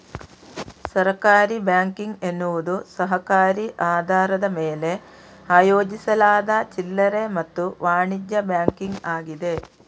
ಸಹಕಾರಿ ಬ್ಯಾಂಕಿಂಗ್ ಎನ್ನುವುದು ಸಹಕಾರಿ ಆಧಾರದ ಮೇಲೆ ಆಯೋಜಿಸಲಾದ ಚಿಲ್ಲರೆ ಮತ್ತು ವಾಣಿಜ್ಯ ಬ್ಯಾಂಕಿಂಗ್ ಆಗಿದೆ